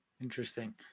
Interesting